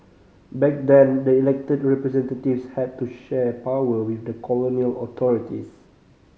back then the elected representatives had to share power with the colonial authorities